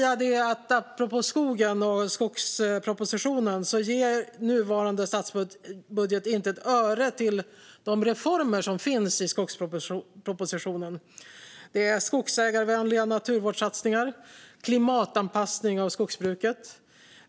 Apropå skogen och skogspropositionen ger nuvarande statsbudget inte ett öre till de reformer som finns i skogspropositionen. Det är skogsägarvänliga naturvårdssatsningar och klimatanpassning av skogsbruket.